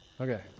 okay